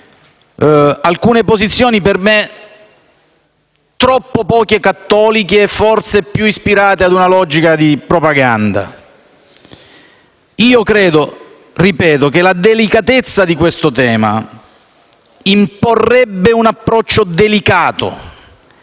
alcune posizioni per me troppo poco cattoliche e forse più ispirate ad una logica di propaganda. Credo che la delicatezza di questo tema imponga un approccio delicato